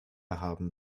haben